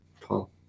Paul